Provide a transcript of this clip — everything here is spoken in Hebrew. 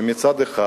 מצד אחד